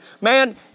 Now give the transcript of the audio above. man